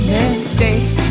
mistakes